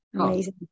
amazing